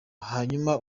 hanyuma